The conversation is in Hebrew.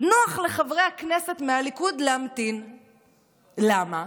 נוח לחברי הכנסת מהליכוד להמתין, למה?